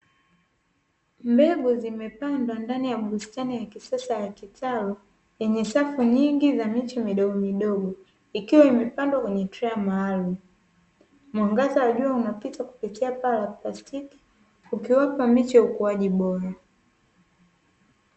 Mbegu zimepandwa ndani ya bustani ya kisasa ya kitalu yenye safu nyingi za miche midogomidogo ikiwa imepandwa kwenye trei maalumu, mwangaza wa jua unapita kupitia paa la plastiki ikiwapa miche ukuaji bora.